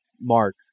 Mark